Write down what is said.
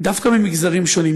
דווקא במגזרים שונים,